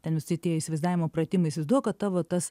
ten visi tie įsivaizdavimo pratimai įsivaizduok kad tavo tas